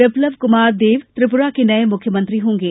बिपल्ब कुमार देब त्रिपुरा के नये मुख्यमंत्री होंगे